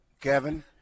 Kevin